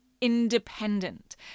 independent